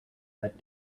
that